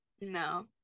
no